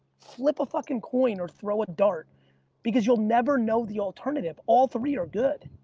flip a fucking coin or throw a dart because you'll never know the alternative. all three are good.